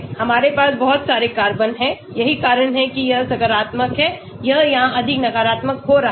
हमारे पास बहुत सारे कार्बन हैं यही कारण है कि यह सकारात्मक है यह यहां अधिक नकारात्मक हो रहा है